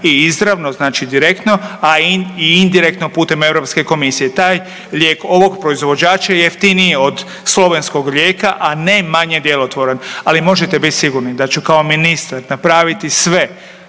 i izravno znači direktno, a i indirektno putem Europske komisije. Taj lijek ovog proizvođača jeftiniji je od slovenskog lijeka, a ne manje djelotvoran. Ali možete biti sigurni da ću kao ministar napraviti sve